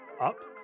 up